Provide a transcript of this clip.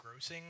grossing